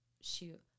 shoot